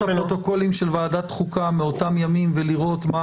הפרוטוקולים של ועדת חוקה מאותם ימים ולראות מה